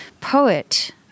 poet